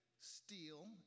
steal